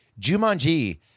Jumanji